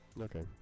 Okay